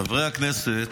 חברי הכנסת,